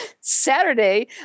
Saturday